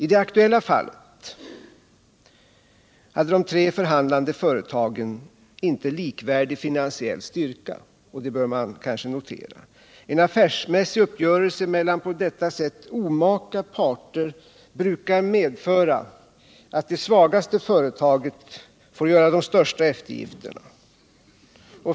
I det aktuella fallet hade de tre förhandlande företagen inte likvärdig finansiell styrka. Detta bör man kanske notera. En affärsmässig uppgörelse mellan på detta sätt omaka parter brukar medföra att det svagaste företaget får göra de största eftergifterna.